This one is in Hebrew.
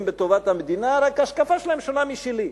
בטובת המדינה רק ההשקפה שלהם שונה משלי,